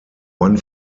man